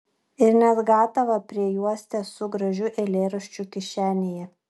ir net gatavą priejuostę su gražiu eilėraščiu kišenėje